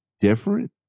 different